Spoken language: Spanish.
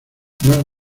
más